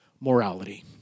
morality